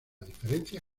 diferencia